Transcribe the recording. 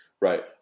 right